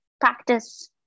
practice